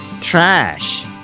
trash